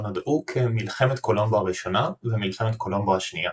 נודעו כ"מלחמת קולומבו הראשונה" ו"מלחמת קולומבו השנייה".